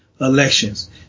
elections